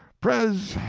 pres